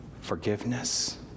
forgiveness